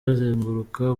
bazenguruka